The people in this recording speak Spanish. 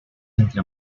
entre